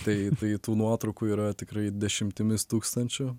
tai tai tų nuotraukų yra tikrai dešimtimis tūkstančių